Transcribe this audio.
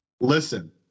Listen